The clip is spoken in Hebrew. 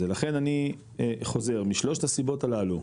לכן אני חוזר משלושת הסיבות הללו,